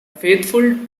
faithful